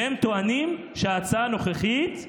והם טוענים שההצעה הנוכחית מיותרת.